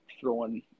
throwing